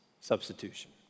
substitution